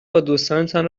بادوستانتان